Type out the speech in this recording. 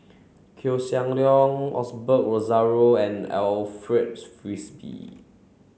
Koeh Sia Yong Osbert Rozario and Alfred Frisby